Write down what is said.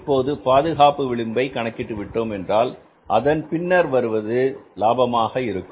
இப்போது பாதுகாப்பு விளிம்பை கணக்கிட்டு விட்டோம் என்றால் அதன் பின்னர் வருவது லாபமாக இருக்கும்